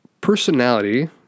personality